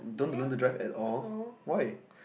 yeah no